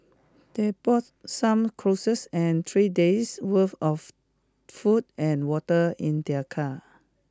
they bought some clothes and three days' worth of food and water in their car